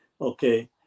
okay